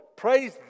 Praise